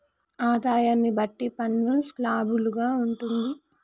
ఆదాయాన్ని బట్టి పన్ను స్లాబులు గా ఉంటుంది